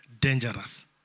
dangerous